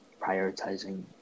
prioritizing